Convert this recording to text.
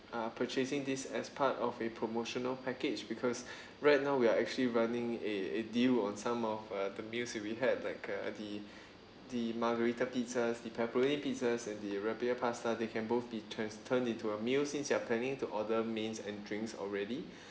uh purchasing these as part of a promotional package because right now we're actually running a a deal on some of uh the meals that we had like uh the the margherita pizzas the pepperoni pizzas and the rapier pasta they can both be trans~ turn into a meal since you're planning to order mains and drinks already